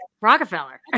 Rockefeller